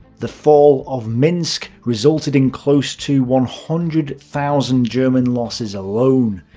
the fall of minsk resulted in close to one hundred thousand german losses alone.